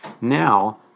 Now